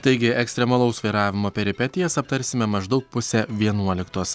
taigi ekstremalaus vairavimo peripetijas aptarsime maždaug pusę vienuoliktos